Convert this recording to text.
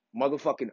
motherfucking